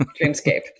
dreamscape